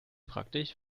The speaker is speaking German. praktisch